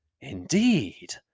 Indeed